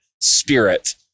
spirit